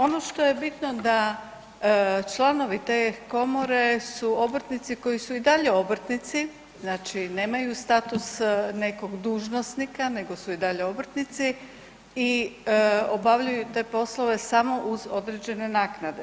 Ono što je bitno da članovi te komore su obrtnici koji su i dalje obrtnici, znači nemaju status nekog dužnosnika nego su i dalje obrtnici i obavljaju te poslove samo uz određene naknade.